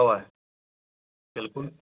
اوا بِلکُل